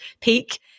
peak